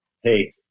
Hey